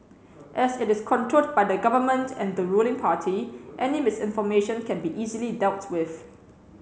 as it is controlled by the Government and the ruling party any misinformation can be easily dealt with